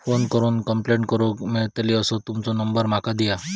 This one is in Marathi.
फोन करून कंप्लेंट करूक मेलतली असो तुमचो नंबर माका दिया?